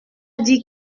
dit